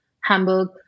Hamburg